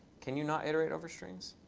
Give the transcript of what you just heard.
can you not iterate over strings?